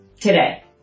today